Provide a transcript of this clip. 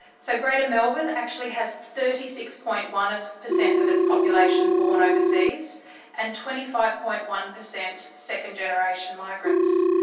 so greater melbourne actually has thirty six point one per cent of its population born overseas and twenty five point one per cent second-generation migrants.